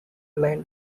line